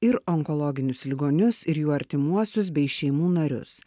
ir onkologinius ligonius ir jų artimuosius bei šeimų narius